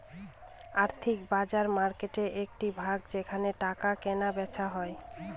আর্থিক বাজার মার্কেটের একটি ভাগ যেখানে টাকা কেনা বেচা হয়